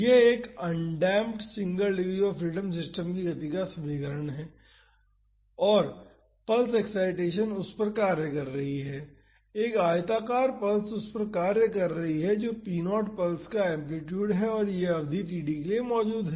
यह एक undamped single degree of freedom system की गति का समीकरण है और पल्स एक्साइटेसन उस पर कार्य कर रही है एक आयताकार पल्स उस पर कार्य कर रही है तो p0 पल्स का एम्पलीटूड है और यह अवधि td के लिए मौजूद है